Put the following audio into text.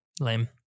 lame